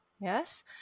yes